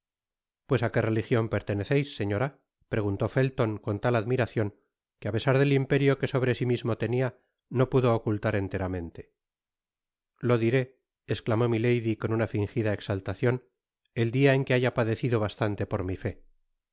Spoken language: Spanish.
pues á qué religion perteneceis señora preguntó felton con tal admiracion que a pesar del imperio que sobre si mismo tenia no pudo ocuttar enteramente lo diré esclamó milady con una fingida exaltacion el dia en que haya padecido bastante por mi fe